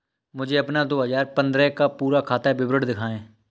मुझे अपना दो हजार पन्द्रह का पूरा खाता विवरण दिखाएँ?